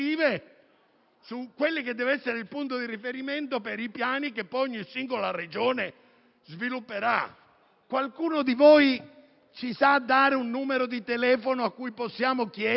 si dice che saranno date le direttive di riferimento per i piani che ogni singola Regione svilupperà. Qualcuno di voi ci sa dare un numero di telefono a cui possiamo chiedere